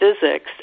physics